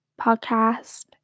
podcast